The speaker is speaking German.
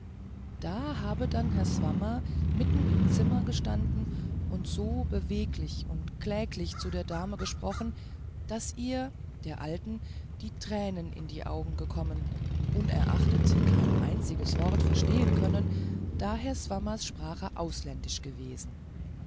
da habe dann herr swammer mitten im zimmer gestanden und so beweglich und kläglich zu der dame gesprochen daß ihr der alten die tränen in die augen gekommen unerachtet sie kein einziges wort verstehen können da herrn swammers sprache ausländisch gewesen